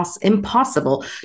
impossible